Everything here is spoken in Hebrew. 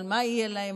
מה יהיה להם,